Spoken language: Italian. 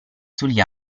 sugli